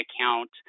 account